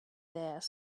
there